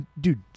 dude